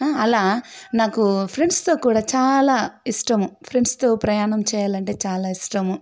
అలా నాకు ఫ్రెండ్స్తో కూడా చాలా ఇష్టం ఫ్రెండ్స్తో ప్రయాణం చేయాలంటే చాలా ఇష్టము